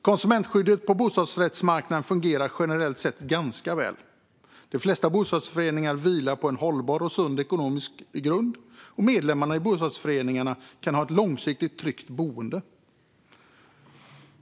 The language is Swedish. Konsumentskyddet på bostadsrättsmarknaden fungerar generellt sett ganska väl. De flesta bostadsrättsföreningar vilar på en hållbar och sund ekonomisk grund, och medlemmarna i bostadsrättsföreningarna kan ha ett långsiktigt tryggt boende.